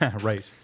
Right